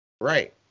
Right